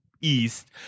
East